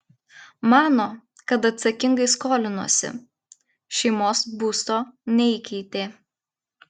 mano kad atsakingai skolinosi šeimos būsto neįkeitė